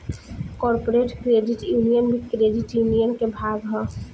corporate credit union भी credit union के भाग ह